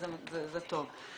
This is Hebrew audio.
זה טוב.